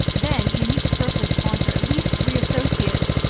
then you need to personally sponsor at least three associates.